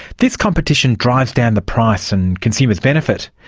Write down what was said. this competition drives down the price and consumers benefit.